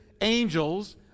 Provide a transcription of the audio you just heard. Angels